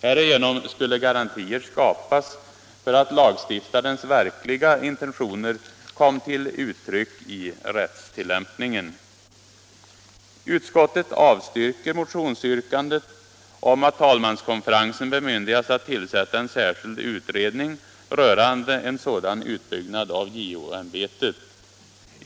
Härigenom skulle garantier JO-ämbetets skapas för att lagstiftarens verkliga intentioner kom till uttryck i rätts — uppgifter och tillämpningen. organisation Utskottet avstyrker motionsyrkandet om att talmanskonferensen bemyndigas att tillsätta en särskild utredning rörande en sådan utbyggnad av JO-ämbetet.